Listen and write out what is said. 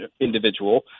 individual